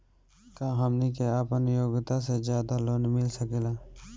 का हमनी के आपन योग्यता से ज्यादा लोन मिल सकेला?